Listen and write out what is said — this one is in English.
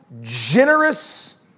generous